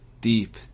Deep